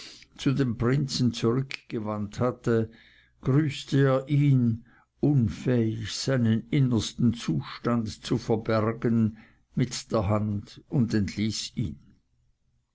zu dem prinzen zurückgewandt hatte grüßte er ihn unfähig seinen innersten zustand zu verbergen mit der hand und entließ ihn